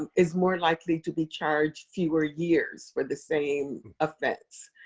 and is more likely to be charged fewer years for the same offense.